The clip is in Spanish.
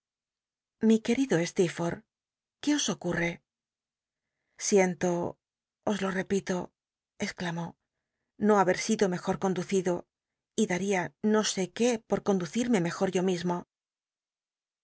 mi vida lli querido este que os ocul'l'e siento os lo repito exclamó no haber sido mejor conducido y daría no sé qué por conducirme mejor yo mismo